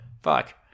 Fuck